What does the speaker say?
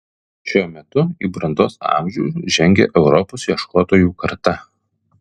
šiuo metu į brandos amžių žengia europos ieškotojų karta